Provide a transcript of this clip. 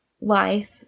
Life